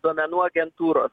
duomenų agentūros